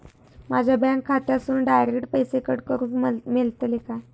माझ्या बँक खात्यासून डायरेक्ट पैसे कट करूक मेलतले काय?